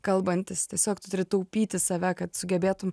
kalbantis tiesiog tu turi taupyti save kad sugebėtum